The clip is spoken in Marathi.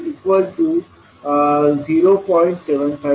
25 y12 0